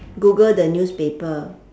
google the newspaper